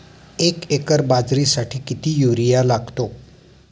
एक एकर बाजरीसाठी किती युरिया लागतो?